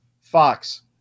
Fox